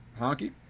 Honky